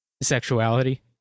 Sexuality